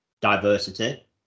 diversity